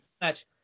match